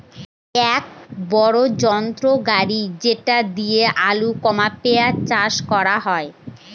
এক বড়ো যন্ত্র গাড়ি যেটা দিয়ে আলু, পেঁয়াজ চাষ করা হয়